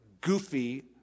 goofy